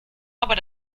aber